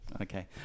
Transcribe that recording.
Okay